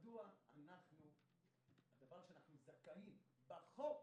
מדוע הדבר שאנחנו זכאים לו בחוק,